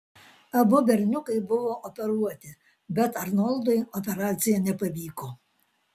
abu berniukai buvo operuoti bet arnoldui operacija nepavyko